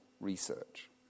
research